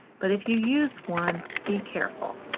but if you use one, be careful.